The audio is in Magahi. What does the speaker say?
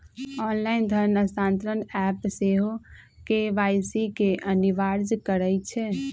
ऑनलाइन धन स्थानान्तरण ऐप सेहो के.वाई.सी के अनिवार्ज करइ छै